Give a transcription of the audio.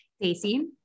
Daisy